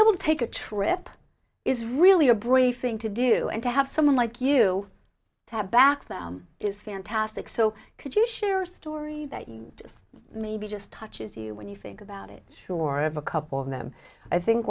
able to take a trip is really a briefing to do and to have someone like you to have back that is fantastic so could you share a story that just maybe just touches you when you think about it short of a couple of them i think